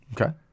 Okay